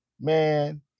Man